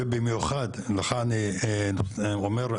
ובמיוחד לך אני אומר,